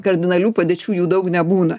kardinalių padėčių jų daug nebūna